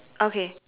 okay